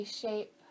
shape